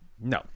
no